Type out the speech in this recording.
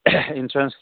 insurance